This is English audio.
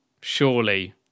surely